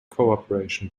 cooperation